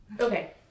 Okay